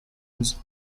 nzi